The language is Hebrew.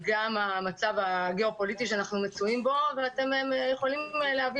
גם המצב הגיאופוליטי שאנחנו מצויים בו ואתם יכולים להבין